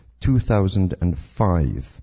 2005